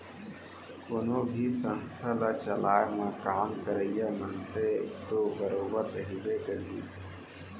कोनो भी संस्था ल चलाए म काम करइया मनसे तो बरोबर रहिबे करही